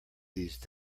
these